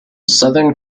southern